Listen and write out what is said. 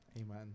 Amen